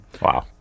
Wow